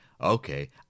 okay